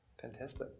Fantastic